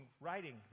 writing